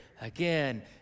again